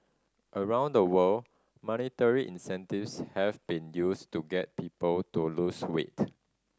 around the world monetary incentives have been used to get people to lose weight